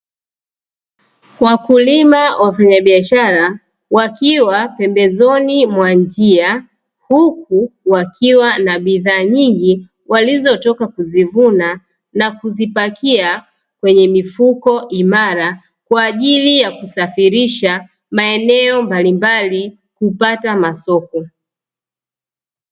Wakulima wafanya biashara wakiwa pembezoni mwa njia, huku wakiwa na bidhaa nyingi walizotoka kuzivuna na kuzipakia kwenye mifuko imara kwa ajili ya kuzisafirisha maeneo mbalimbali kupata masoko.